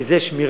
כי זה שמירה